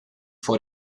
vor